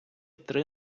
три